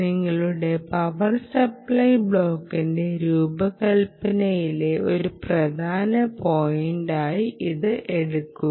നിങ്ങളുടെ power supply ബ്ലോക്കിന്റെ രൂപകൽപ്പനയിലെ ഒരു പ്രധാന പോയിന്റായി ഇത് എടുക്കുക